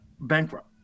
bankrupt